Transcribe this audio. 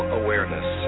awareness